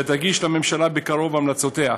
ותגיש לממשלה בקרוב את המלצותיה.